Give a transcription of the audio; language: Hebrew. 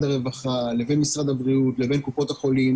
הרווחה לבין משרד הבריאות לבין קופות החולים,